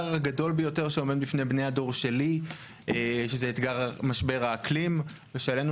לדבר אותה וגם יש להבין שהנתונים הם בעלייה,